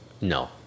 No